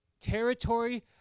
territory